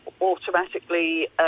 automatically